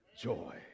joy